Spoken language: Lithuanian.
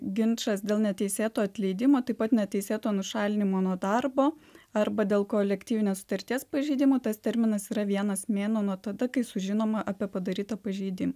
ginčas dėl neteisėto atleidimo taip pat neteisėto nušalinimo nuo darbo arba dėl kolektyvinės sutarties pažeidimo tas terminas yra vienas mėnuo nuo tada kai sužinoma apie padarytą pažeidim